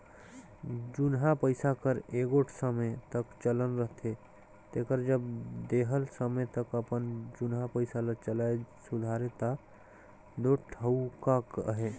जुनहा पइसा कर एगोट समे तक चलन रहथे तेकर जब देहल समे तक अपन जुनहा पइसा ल चलाए सुधारे ता दो ठउका अहे